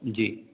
जी